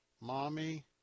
Mommy